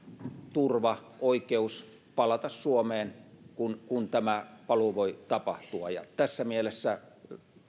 turva oikeus palata suomeen kun kun tämä paluu voi tapahtua tässä mielessä